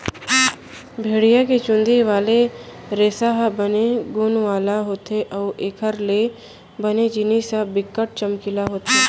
भेड़िया के चुंदी वाले रेसा ह बने गुन वाला होथे अउ एखर ले बने जिनिस ह बिकट चमकीला होथे